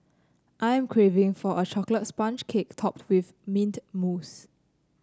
I'm craving for a chocolate sponge cake topped with mint mousse